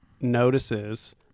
notices